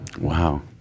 Wow